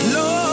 Lord